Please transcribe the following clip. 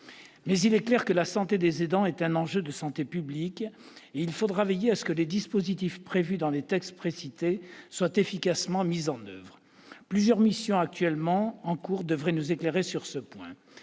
il est clair que la santé des aidants est un enjeu de santé publique. Il faudra veiller à ce que les dispositifs prévus dans les textes précités soient efficacement mis en oeuvre. Plusieurs missions en cours devraient nous éclairer sur ce point.